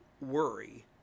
worry